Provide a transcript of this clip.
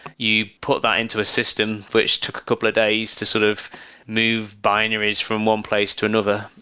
you put that into a system which took a couple of days to sort of move binaries from one place to another,